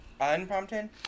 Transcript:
Unprompted